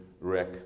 wreck